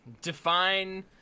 define